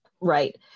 Right